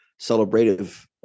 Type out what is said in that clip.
celebrative